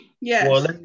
Yes